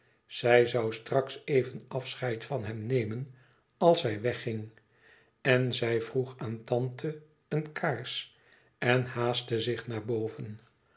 zij zoû straks even afscheid van hem nemen als zij wegging en zij vroeg aan tante een kaars en haastte zich naar boven